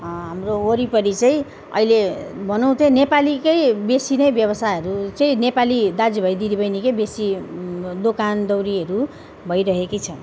हाम्रो वरिपरि चाहिँ अहिले भनौँ त्यही नेपालीकै बेसी नै व्यवसायहरू चाहिँ नेपाली दाजुभाइ दिदीबहिनीकै बेसी दोकानदारीहरू भइरहेकै छ